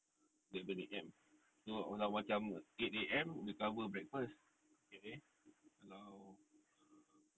err eleven A_M so macam eight A_M they cover breakfast kalau err